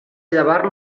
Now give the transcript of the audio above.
llevar